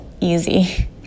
easy